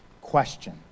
Question